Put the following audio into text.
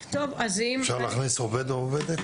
אפשר לכתוב בחוק עובד או עובדת?